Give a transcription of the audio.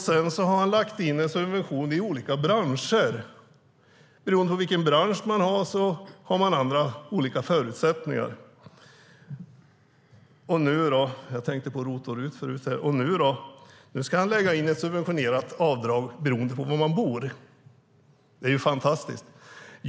Sedan har han lagt in en subvention i olika branscher. Beroende på vilken bransch det är har man olika förutsättningar. Jag tänker på ROT och RUT. Nu ska han lägga in ett subventionerat avdrag beroende på var man bor. Det är fantastiskt. Fru talman!